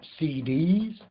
CDs